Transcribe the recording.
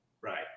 Right